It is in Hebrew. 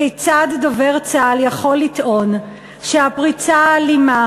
כיצד דובר צה"ל יכול לטעון שהפריצה האלימה